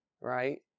right